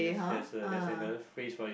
there's a there's another phrase for it